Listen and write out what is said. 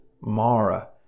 Mara